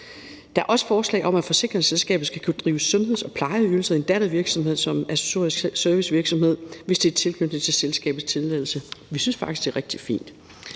Der er også forslag om, at forsikringsselskabet skal kunne drive sundheds- og plejeydelser i en dattervirksomhed som accessorisk servicevirksomhed, hvis de er knyttet til selskabets tilladelse. Vi synes faktisk, at det er rigtig fint.